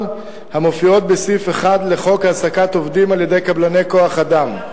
המופיעות בסעיף 1 לחוק העסקת עובדים על-ידי קבלני כוח-אדם,